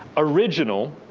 original,